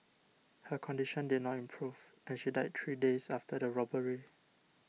her condition did not improve and she died three days after the robbery